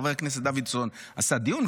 חבר הכנסת דוידסון עשה דיון.